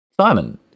Simon